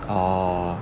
orh